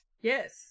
Yes